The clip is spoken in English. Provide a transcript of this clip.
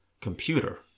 computer